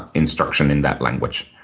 instruction in that language.